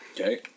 Okay